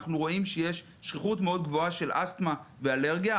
אנחנו רואים שיש שכיחות מאוד גבוהה של אסתמה ואלרגיה,